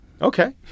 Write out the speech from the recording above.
Okay